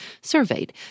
surveyed